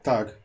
Tak